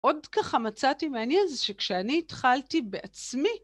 עוד ככה מצאתי מעניין זה שכשאני התחלתי בעצמי.